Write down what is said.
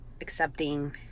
accepting